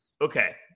okay